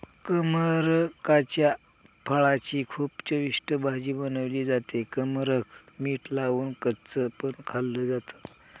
कमरकाच्या फळाची खूप चविष्ट भाजी बनवली जाते, कमरक मीठ लावून कच्च पण खाल्ल जात